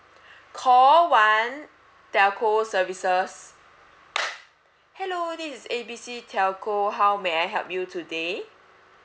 call one telco services hello this is A B C telco how may I help you today